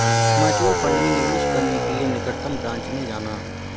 mutual fund में निवेश करने के लिए निकटतम ब्रांच में जाना